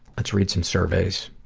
let's read some surveys.